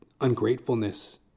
ungratefulness